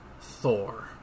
Thor